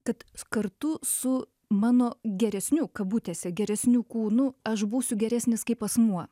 kad kartu su mano geresniu kabutėse geresniu kūnu aš būsiu geresnis kaip asmuo